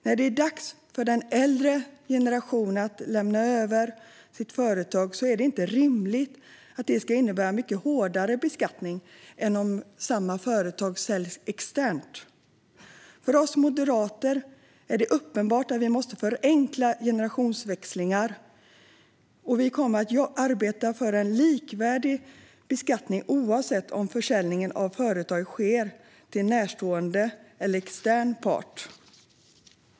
När det är dags för den äldre generationen att lämna över företaget till den yngre är det inte rimligt att detta ska innebära mycket hårdare beskattning än om samma företag säljs externt. För oss moderater är det uppenbart att vi måste förenkla generationsväxlingar. Vi kommer att arbeta för en likvärdig beskattning oavsett om försäljningen av företaget sker till närstående eller till en extern part.